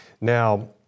Now